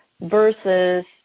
versus